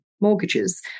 mortgages